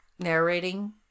narrating